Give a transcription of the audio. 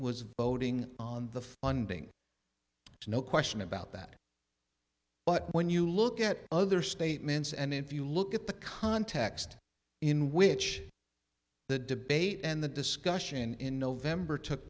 was voting on the funding to no question about that but when you look at other statements and if you look at the context in which the debate and the discussion in november took